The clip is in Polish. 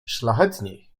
szlachetniej